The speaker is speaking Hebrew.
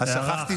הערה אחת,